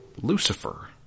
Lucifer